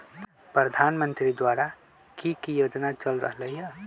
प्रधानमंत्री द्वारा की की योजना चल रहलई ह?